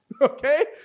okay